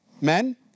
men